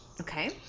Okay